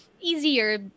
easier